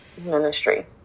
ministry